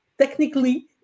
technically